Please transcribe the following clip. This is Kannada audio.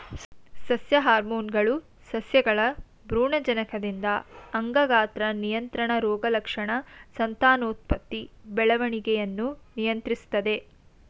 ಸಸ್ಯ ಹಾರ್ಮೋನ್ಗಳು ಸಸ್ಯಗಳ ಭ್ರೂಣಜನಕದಿಂದ ಅಂಗ ಗಾತ್ರ ನಿಯಂತ್ರಣ ರೋಗಲಕ್ಷಣ ಸಂತಾನೋತ್ಪತ್ತಿ ಬೆಳವಣಿಗೆಯನ್ನು ನಿಯಂತ್ರಿಸ್ತದೆ